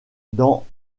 dans